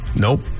Nope